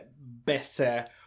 better